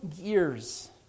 years